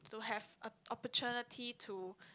to have a opportunity to